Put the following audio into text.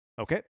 Okay